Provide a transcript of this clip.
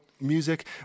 music